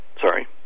Sorry